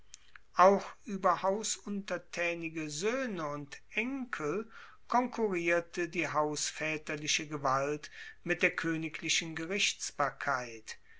auch ueber hausuntertaenige soehne und enkel konkurrierte die hausvaeterliche gewalt mit der koeniglichen gerichtsbarkeit